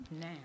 now